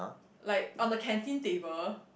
like on a canteen table